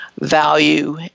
value